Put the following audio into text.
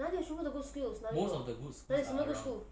哪里有全部的 good schools 哪里有哪有什么 good schools